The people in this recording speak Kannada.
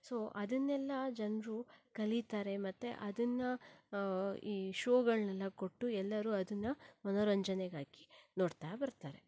ಸೊ ಅದನ್ನೆಲ್ಲ ಜನರು ಕಲಿತಾರೆ ಮತ್ತು ಅದನ್ನು ಈ ಶೋಗಳನ್ನೆಲ್ಲ ಕೊಟ್ಟು ಎಲ್ಲರೂ ಅದನ್ನು ಮನೋರಂಜನೆಗಾಗಿ ನೋಡ್ತಾ ಬರ್ತಾರೆ